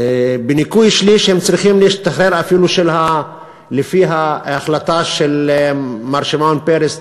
בניכוי שליש הם צריכים להשתחרר אפילו לפי ההחלטה של מר שמעון פרס,